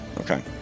Okay